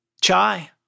Chai